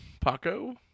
Paco